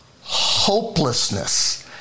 hopelessness